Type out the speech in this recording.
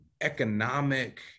economic